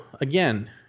again